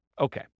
okay